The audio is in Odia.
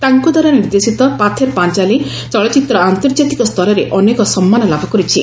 ତାଙ୍କଦ୍ୱାରା ନିର୍ଦ୍ଦେଶିତ 'ପାଥେର ପାଞ୍ଚାଲୀ' ଚଳଚ୍ଚିତ୍ର ଆନ୍ତର୍ଜାତିକ ସ୍ତରରେ ଅନେକ ସମ୍ମାନ ଲାଭ କରିଛି